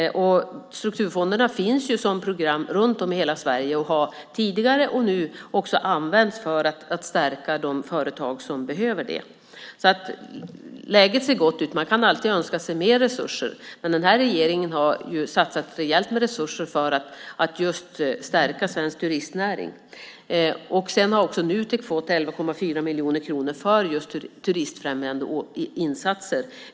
Strukturfonderna som program finns runt om i hela Sverige och har tidigare använts, och används även nu, för att stärka de företag som är i behov av det. Läget ser alltså gott ut, men man kan alltid önska sig mer resurser. Den här regeringen har satsat rejält med resurser just för att stärka svensk turistnäring. Nutek har fått 11,4 miljoner för just turistfrämjande insatser.